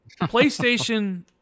PlayStation